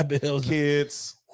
kids